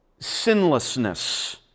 sinlessness